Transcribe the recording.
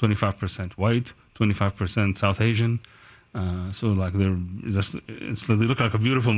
twenty five percent white twenty five percent south asian so like they're just looking for beautiful